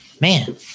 man